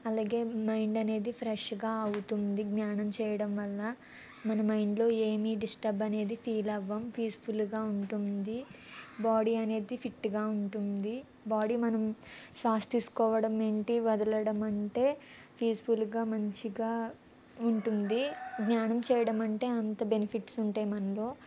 అలాగే మైండ్ అనేది ఫ్రెష్గా అవుతుంది ధ్యానం చేయడం వల్ల మన మైండ్లో ఏమి డిస్టర్బ్ అనేది ఫీల్ అవ్వం పీస్ఫుల్గా ఉంటుంది బాడీ అనేది ఫిట్గా ఉంటుంది బాడీ మనం శ్వాస తీసుకోవడం ఏంటి వదలడం అంటే పీస్ఫుల్గా మంచిగా ఉంటుంది ధ్యానం చేయడం అంటే అంత బెనిఫిట్స్ ఉంటాయి మనలో